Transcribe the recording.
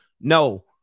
No